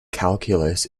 calculus